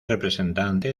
representante